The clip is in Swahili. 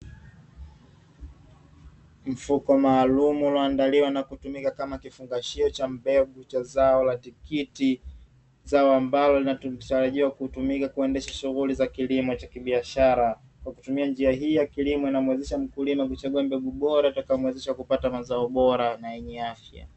Mfuko maalumu ulioandaliwa na kutumika kama kifungashio cha mbegu cha zao la tikiti , zao ambalo linatarajiwa kutumika kuendesha shughuli za kilimo cha kibiashara, kwa kutumia njia hii ya kilimo inayomuwezesha mkulima kuchagua mbegu bora, itakayo muwezesha kupata mazao bora na yenye afya.